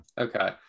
Okay